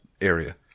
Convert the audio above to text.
area